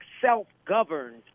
self-governed